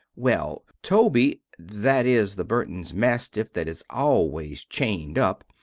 well toby that is the burtons mastif that is always chened up,